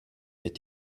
wird